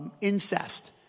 incest